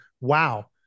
wow